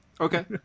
Okay